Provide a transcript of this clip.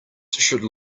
should